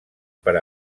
per